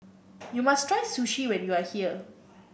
you must try Sushi when you are here